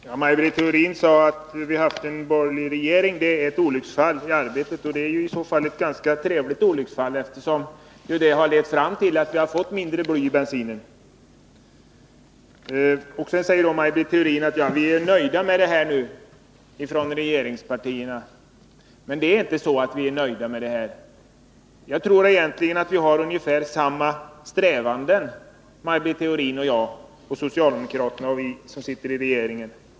Herr talman! Maj Britt Theorin sade att detta att vi hade haft borgerliga regeringar var ett olycksfall i arbetet. Det är i så fall ett ganska trevligt olycksfall, eftersom det har lett fram till att vi fått mindre bly i bensinen. Hon sade också att regeringspartierna är nöjda med den situation som är, men det är vi inte. Jag tror att vi egentligen har ungefär samma strävanden, Maj Britt Theorin och jag, socialdemokraterna och vi som sitter i regeringen.